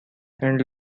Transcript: and